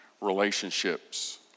relationships